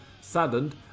saddened